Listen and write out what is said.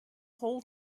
whole